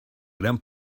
gran